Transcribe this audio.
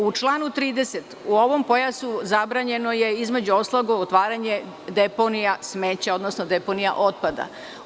U članu 30. u ovom pojasu zabranjeno je između ostalog i otvaranje deponija smeća, odnosno deponija otpada.